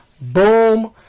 boom